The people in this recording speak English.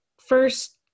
first